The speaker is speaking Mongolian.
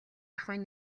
ахуйн